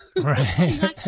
Right